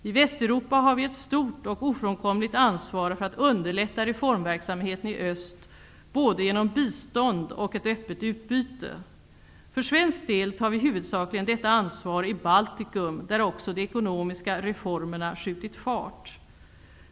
I Västeuropa har vi ett stort och ofrånkomligt ansvar för att underlätta reformverksamheten i öst, både genom bistånd och genom ett öppet utbyte. För svensk del tar vi huvudsakligen detta ansvar i Baltikum, där också de ekonomiska reformerna skjutit fart.